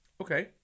Okay